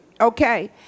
Okay